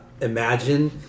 imagine